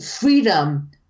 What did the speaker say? freedom